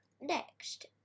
next